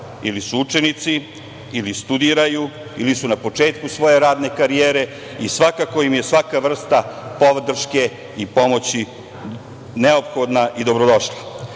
ili su učenici ili studiraju ili su na početku svoje radne karijere i svakako im je svaka vrsta podrške i pomoći neophodna i dobrodošla. Danas